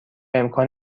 امکان